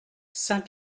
saint